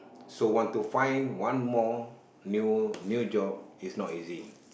so want to find one more new new job is not easy